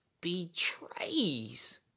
betrays